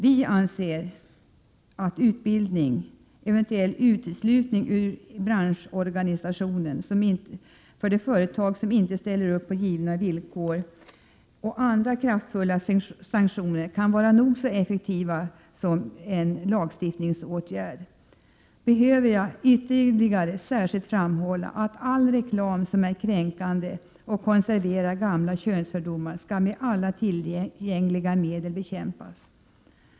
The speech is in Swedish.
Vi anser att utbildning inom branschen, uteslutning ur organisationen av de företag som inte ställer upp på givna villkor och andra kraftfulla sanktioner kan vara nog så effektiva medel som lagstiftning. Behöver jag framhålla att all reklam som är kränkande och konserverar gamla könsfördomar skall med alla tillgängliga medel bekampas?